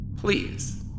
Please